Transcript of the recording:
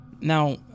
Now